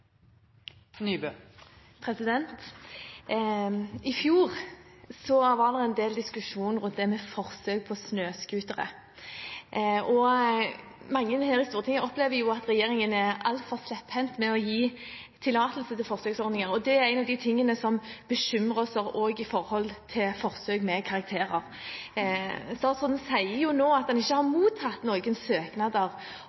I fjor var det en del diskusjon rundt forsøk med snøscootere, og mange her i Stortinget opplever at regjeringen er altfor slepphendt med å gi tillatelse til forsøksordninger. Det er én av de tingene som bekymrer oss også når det gjelder forsøk med karakterer. Statsråden sier nå at han ikke har